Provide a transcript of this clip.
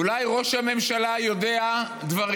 אולי ראש הממשלה יודע דברים,